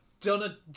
done